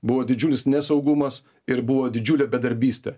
buvo didžiulis nesaugumas ir buvo didžiulė bedarbystė